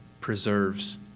preserves